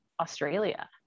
Australia